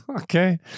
Okay